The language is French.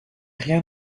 rien